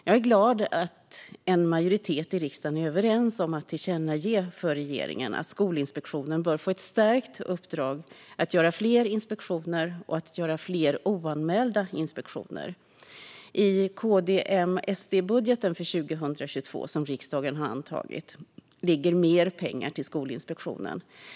Jag är glad att en majoritet i riksdagen är överens om att tillkännage för regeringen att Skolinspektionen bör få ett stärkt uppdrag att göra fler inspektioner och fler oanmälda inspektioner. I KD-M-SD-budgeten för 2022, som riksdagen antagit, ligger mer pengar till Skolinspektionen.